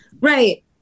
right